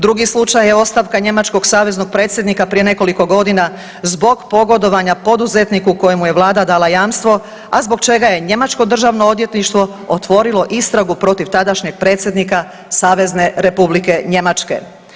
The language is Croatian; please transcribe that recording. Drugi slučaj je ostavka njemačkog Saveznog Predsjednika prije nekoliko godina zbog pogodovanja poduzetniku kojemu je Vlada dala jamstvo, a zbog čega je njemačko Državno odvjetništvo otvorilo istragu protiv tadašnjeg predsjednika Savezne Republike Njemačke.